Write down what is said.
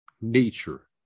nature